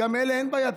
על אלה אין בעיה,